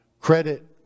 Credit